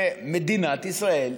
שמדינת ישראל,